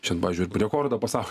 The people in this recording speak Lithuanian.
šiandien pavyzdžiui rekordą pasaul